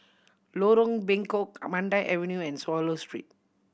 Lorong Bengkok Avenue and Swallow Street